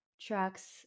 tracks